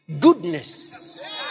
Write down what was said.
Goodness